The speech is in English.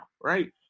right